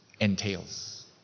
entails